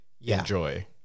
enjoy